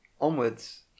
onwards